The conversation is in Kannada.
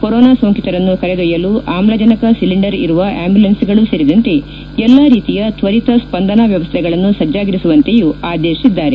ಕೊರೊನಾ ಸೋಂಕಿತರನ್ನು ಕರೆದೊಯ್ನಲು ಆಮ್ಲಜನಕ ಒಲಿಂಡರ್ ಇರುವ ಆ್ಲಂಬ್ಲುಲೆನ್ಗೆಗಳೂ ಸೇರಿದಂತೆ ಎಲ್ಲಾ ರೀತಿಯ ತ್ವರಿತ ಸ್ಪಂದನಾ ವ್ಯವಸ್ಥೆಗಳನ್ನು ಸಜ್ಜಾಗಿರಿಸುವಂತೆಯೂ ಆದೇಶಿಸಿದ್ದಾರೆ